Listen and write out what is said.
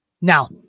Now